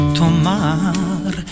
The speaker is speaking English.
tomar